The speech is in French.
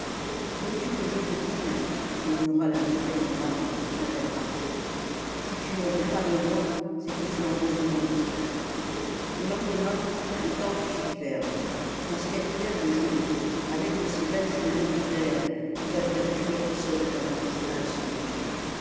veux-tu que je te dise murmura la mouquette en larmes quand elle partit si tu ne veux pas de moi c'est que tu en veux une autre le lendemain le temps fut superbe un ciel clair de gelée une de ces belles journées d'hiver où la terre dure sonne comme un cristal sous les pieds